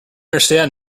understand